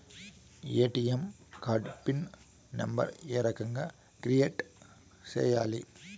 ATM card pin number ఏ రకంగా create సేయాలి